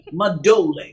Madole